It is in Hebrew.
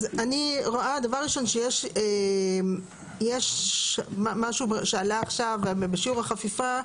אז אני רואה דבר ראשון שיש משהו שעלה עכשיו בשיעור החפיפה,